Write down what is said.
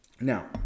Now